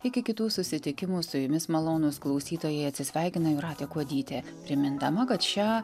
iki kitų susitikimų su jumis malonūs klausytojai atsisveikina jūratė kuodytė primindama kad šią